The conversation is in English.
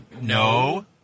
no